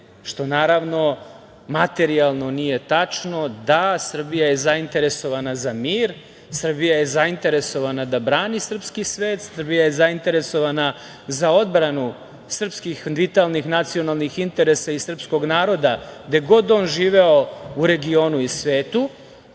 što naravno materijalno nije tačno. Da, Srbija je zainteresovana za mir, Srbija je zainteresovana da brani srpski svet. Srbija je zainteresovana za odbranu srpskih vitalnih, nacionalnih interesa i srpskog naroda, gde god on živeo u regionu i svetu.